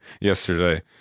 yesterday